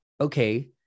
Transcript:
okay